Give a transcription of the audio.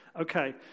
Okay